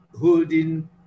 holding